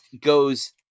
goes